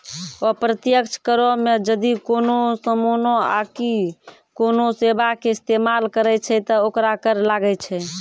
अप्रत्यक्ष करो मे जदि कोनो समानो आकि कोनो सेबा के इस्तेमाल करै छै त ओकरो कर लागै छै